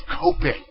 coping